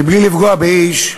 בלי לפגוע באיש,